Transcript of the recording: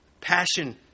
passion